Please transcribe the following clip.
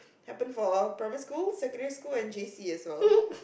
happen for primary school secondary school and J_C as well